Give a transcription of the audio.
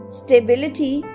stability